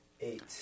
Eight